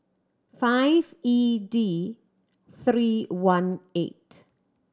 five E D three one eight